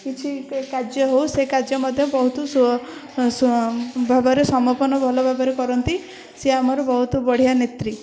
କିଛି କାର୍ଯ୍ୟ ହେଉ ସେ କାର୍ଯ୍ୟ ମଧ୍ୟ ବହୁତ ଭାବରେ ସମାପନ ଭଲ ଭାବରେ କରନ୍ତି ସିଏ ଆମର ବହୁତ ବଢ଼ିଆ ନେତ୍ରୀ